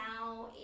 now